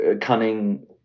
cunning